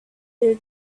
their